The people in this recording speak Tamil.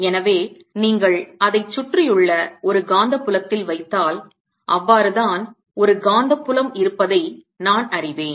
எனவே நீங்கள் அதை சுற்றியுள்ள ஒரு காந்தப் புலத்தில் வைத்தால் அவ்வாறுதான் ஒரு காந்தப் புலம் இருப்பதை நான் அறிவேன்